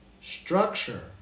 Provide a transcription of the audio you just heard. structure